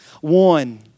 One